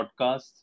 podcasts